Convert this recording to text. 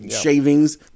shavings